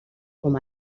com